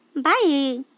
Bye